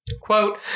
quote